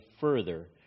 further